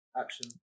Action